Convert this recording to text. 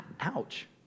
ouch